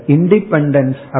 Independence